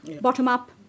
bottom-up